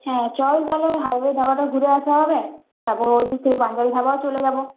হ্যাঁ চল তাহলে ওই হাইওয়ে ধাবাটা ঘুরে আসা হবে তারপর ওইদিক থেকে পাঞ্জাবি ধাবাও চলে যাব